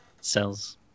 cells